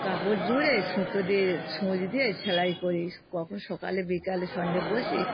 কাপড় জুড়ে সুতো দিয়ে সূচ দিয়ে সেলাই করি কখন সকালে বিকালে সন্ধ্যে বসি